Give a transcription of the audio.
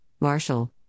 Marshall